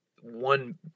one